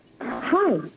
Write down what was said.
Hi